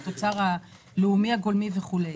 מהתוצר הלאומי הגולמי וכו'.